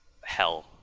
hell